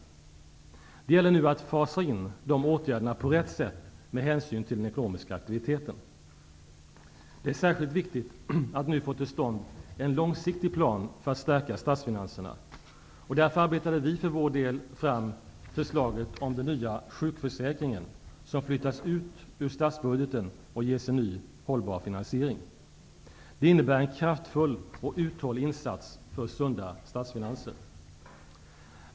Det gäller nu att fasa in dessa åtgärder på rätt sätt med hänsyn till den ekonomiska aktiviteten. Det är särskilt viktigt att nu få till stånd en långsiktig plan för att stärka statsfinanserna. Därför arbetade vi för vår del fram förslaget om den nya sjukförsäkringen, som flyttas ut ur statsbudgeten och ges en ny, hållbar finansering. Det innebär en kraftfull och uthållig insats för sunda statsfinanser.